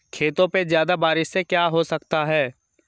खेतों पे ज्यादा बारिश से क्या हो सकता है?